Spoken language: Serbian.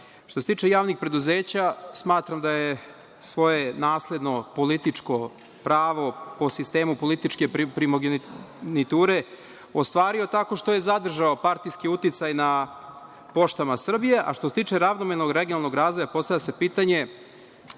se tiče javnih preduzeća, smatram da je svoje nasledno političko pravo po sistemu političke primogeniture ostvario tako što je zadržao partijski uticaj na „Poštama Srbije“. Što se tiče ravnomernog regionalnog razvoja, postavlja se pitanje